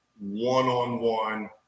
one-on-one